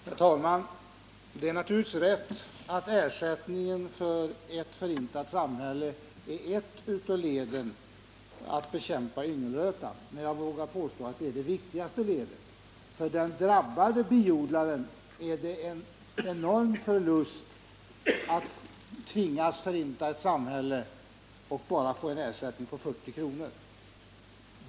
Herr talman! Det är naturligtvis ett riktigt påstående att ersättningen för ett förintat vildbisamhälle är bara ett av sätten att bekämpa yngelrötan. Men jag vågar påstå att det är det viktigaste sättet. För den drabbade biodlaren innebär det en enorm förlust att tvingas förinta ett samhälle och få en ersättning på bara 40 kr.